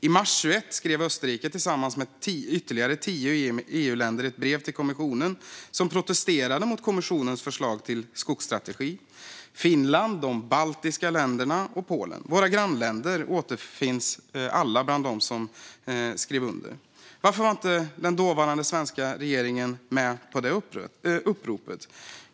I mars 2021 skrev Österrike tillsammans med ytterligare tio EU-länder ett brev till kommissionen där man protesterade mot kommissionens förslag till skogsstrategi. Finland, de baltiska länderna och Polen, våra grannländer, återfanns alla bland dem som skrev under. Varför var inte den dåvarande svenska regeringen med på det uppropet?